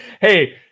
hey